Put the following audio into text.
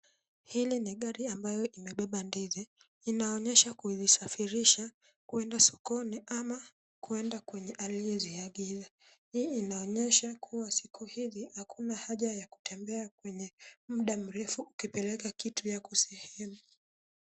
Hili ni gari ambayo imebeba ndizi. Inaonyesha kujisafirisha kwenda sokoni ama kwenda kwa aliyeziagiza. Hii inaonyesha kuwa soko hili hakuna haja la kutembea muda mrefu ukipeleka kitu yako sehemu.